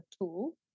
tool